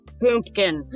pumpkin